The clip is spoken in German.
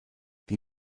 die